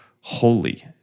holy